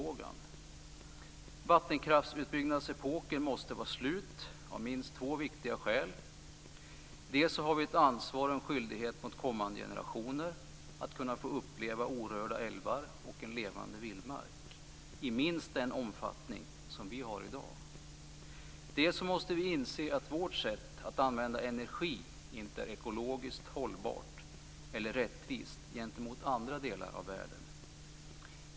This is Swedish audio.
Epoken med en utbyggnad av vattenkraften måste vara slut av minst två viktiga skäl. Vi har ett ansvar och en skyldighet att se till att kommande generationer får uppleva orörda älvar och en levande vildmark i minst den omfattning som vi har i dag. Dessutom måste vi inse att vårt sätt att använda energi inte är ekologiskt hållbart eller rättvist gentemot andra delar av världen.